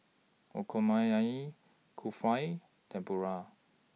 Okonomiyaki Kulfi Tempura